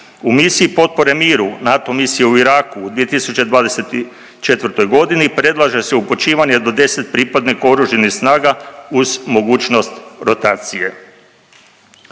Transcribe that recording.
U misiji potpore miru, NATO misije u Iraku u 2024. godini predlaže se upućivanje do 10 pripadnika Oružanih snaga uz mogućnost rotacije.